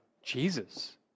Jesus